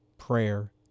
prayer